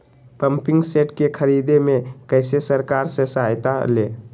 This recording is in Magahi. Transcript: पम्पिंग सेट के ख़रीदे मे कैसे सरकार से सहायता ले?